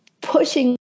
pushing